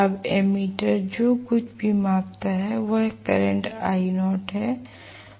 अब एमीटर जो कुछ भी मापता है वह करंट I0 है